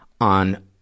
on